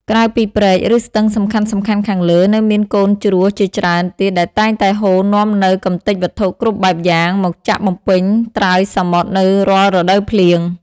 ក្រៅពីព្រែក ឬស្ទឹងសំខាន់ៗខាងលើ នៅមានកូនជ្រោះជាច្រើនទៀតដែលតែងតែហូរនាំនូវកំទេចវត្ថុគ្រប់បែបយ៉ាង មកចាក់បំពេញត្រើយសមុទ្រនៅរាល់រដូវភ្លៀង។